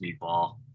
meatball